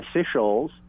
officials